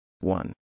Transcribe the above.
One